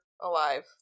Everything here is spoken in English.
alive